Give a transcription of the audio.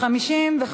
3 נתקבלו.